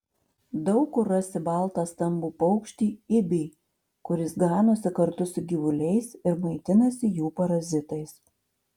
daug kur rasi baltą stambų paukštį ibį kuris ganosi kartu su gyvuliais ir maitinasi jų parazitais